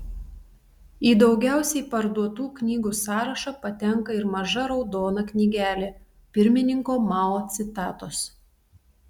į daugiausiai parduotų knygų sąrašą patenka ir maža raudona knygelė pirmininko mao citatos